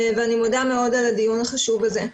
אני מודה מאוד על הדיון החשוב הזה.